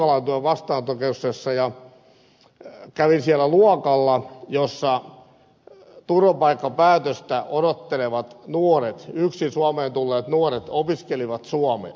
kävin eilen vierailemassa punkalaitumen vastaanottokeskuksessa ja kävin siellä luokassa jossa turvapaikkapäätöstä odottelevat nuoret yksin suomeen tulleet nuoret opiskelivat suomea